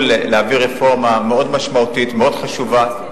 מאוד מאוד מכובד בישראל.